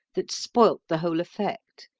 that spoilt the whole effect.